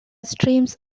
streams